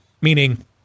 Meaning